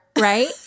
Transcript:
right